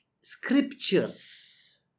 scriptures